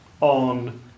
on